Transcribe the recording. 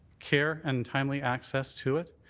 care and timely access to it,